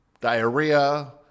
diarrhea